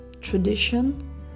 tradition